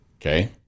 Okay